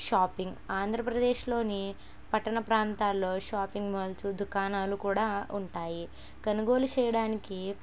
shopping ఆంధ్రప్రదేశ్లోని పట్టణ ప్రాంతాలలో షాపింగ్ మాల్స్ దుకాణాలు కూడా ఉంటాయి కొనుగోలు చేయడానికి